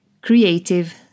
creative